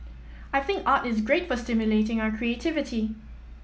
I think art is great for stimulating our creativity